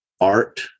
art